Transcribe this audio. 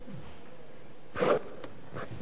כבוד היושב-ראש, רבותי חברי הכנסת,